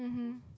mmhmm